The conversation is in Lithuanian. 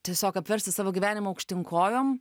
tiesiog apversti savo gyvenimą aukštyn kojom